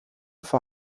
für